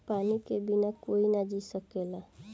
पानी के बिना केहू ना जी सकेला